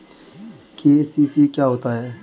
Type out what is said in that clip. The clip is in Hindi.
के.सी.सी क्या होता है?